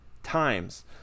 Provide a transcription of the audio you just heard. Times